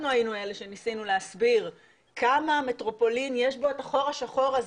היינו אלה שניסינו להסביר כמה במטרופולין יש את הבור השחור הזה,